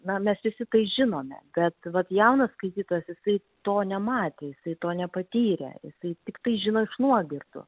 na mes visi tai žinome bet vat jaunas skaitytojas jisai to nematė jisai to nepatyrė jisai tiktai žino iš nuogirdų